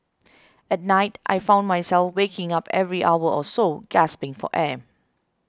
at night I found myself waking up every hour or so gasping for air